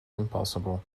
impossible